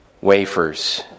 wafers